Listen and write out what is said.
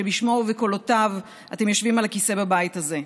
שבשמו ובקולותיו אתם יושבים על הכיסא בבית הזה.